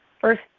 first